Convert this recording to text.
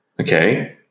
Okay